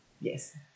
Yes